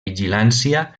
vigilància